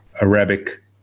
Arabic